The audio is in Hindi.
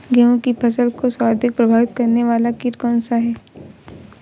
गेहूँ की फसल को सर्वाधिक प्रभावित करने वाला कीट कौनसा है?